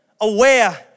aware